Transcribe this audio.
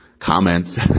comments